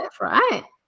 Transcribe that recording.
right